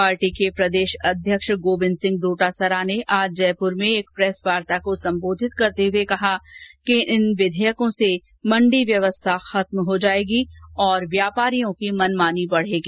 party के प्रदेश अध्यक्ष गोविन्द सिंह डोटासरा ने आजयपुर में एक प्रेस वार्ता को संबोधित करते हुए कहा कि इन विधेयकों से मंडी व्यवस्था खत्म हो जाएगी और व्यापारियों की मनमानी बढेगी